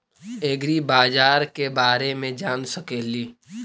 ऐग्रिबाजार के बारे मे जान सकेली?